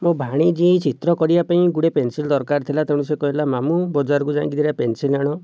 ମୋ' ଭାଣିଜୀ ଚିତ୍ର କରିବା ପାଇଁ ଗୁଡ଼ିଏ ପେନ୍ସିଲ୍ ଦରକାର ଥିଲା ତେଣୁ ସେ କହିଲା ମାମୁଁ ବଜାରକୁ ଯାଇକି ଦୁଇଟା ପେନ୍ସିଲ୍ ଆଣ